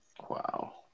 Wow